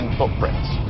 footprints